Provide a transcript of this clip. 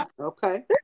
Okay